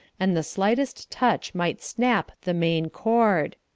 and the slightest touch might snap the main cord.